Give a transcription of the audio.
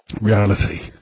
reality